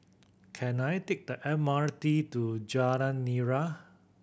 can I take the M R T to Jalan Nira